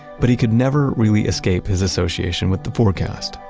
but he could never really escape his association with the forecast.